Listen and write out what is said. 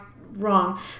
wrong